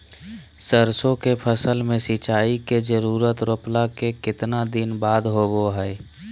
सरसों के फसल में सिंचाई के जरूरत रोपला के कितना दिन बाद होबो हय?